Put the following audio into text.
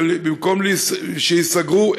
ובמקום שייסגרו,